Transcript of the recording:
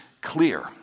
clear